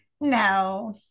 No